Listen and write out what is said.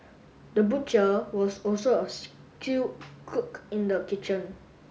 the butcher was also a skilled cook in the kitchen